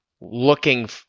looking